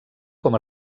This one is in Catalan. com